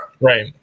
Right